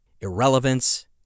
Irrelevance